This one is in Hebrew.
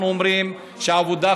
אנחנו אומרים שהעבודה,